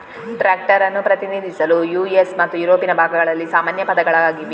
tractor ಅನ್ನು ಪ್ರತಿನಿಧಿಸಲು US ಮತ್ತು ಯುರೋಪಿನ ಭಾಗಗಳಲ್ಲಿ ಸಾಮಾನ್ಯ ಪದಗಳಾಗಿವೆ